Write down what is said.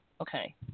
Okay